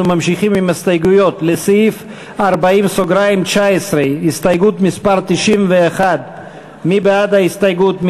לסעיף 40(20) הסתייגות 92. מי בעד ההסתייגות?